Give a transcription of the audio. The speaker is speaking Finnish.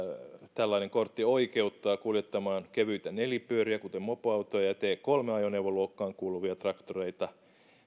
tällainen kortti oikeuttaa kuljettamaan kevyitä nelipyöriä kuten mopoautoja ja t kolme ajoneuvoluokkaan kuuluvia traktoreita